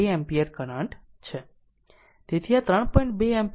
2 ampere current છે કારણ કે તે 3